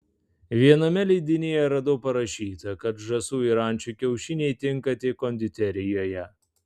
viename leidinyje radau parašyta kad žąsų ir ančių kiaušiniai tinka tik konditerijoje